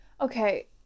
Okay